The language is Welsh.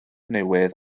newydd